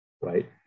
right